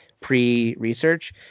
pre-research